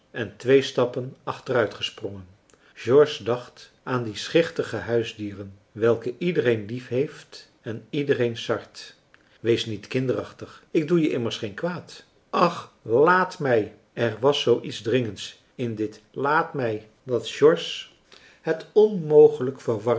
en twee stappen achteruitgesprongen george dacht aan die schichtige huisdieren welke iedereen liefheeft en iedereen sart wees niet kinderachtig ik doe je immers geen kwaad ach laat mij er was zoo iets dringends in dit laat mij dat george het onmogelijk